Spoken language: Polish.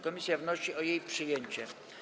Komisja wnosi o jej przyjęcie.